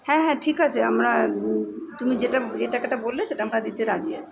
হ্যাঁ হ্যাঁ ঠিক আছে আমরা তুমি যেটা যে টাকাটা বললে সেটা আমরা দিতে রাজি আছি